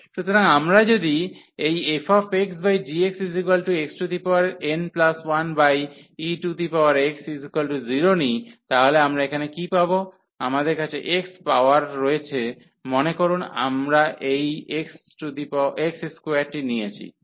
সুতরাং আমরা যদি এই fxgx xn1ex 0 নিই তাহলে আমরা এখানে কী পাব আমাদের কাছে x পাওয়ার রয়েছে মনে করুন আমরা এই x2 নিয়েছি